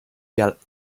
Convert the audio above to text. galloped